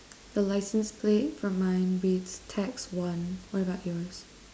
the license plate from mine reads tax one what about yours